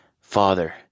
Father